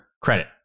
credit